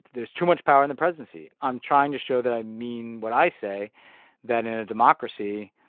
there's too much power in the presidency. i'm trying to show that i mean what i say that in a democracy,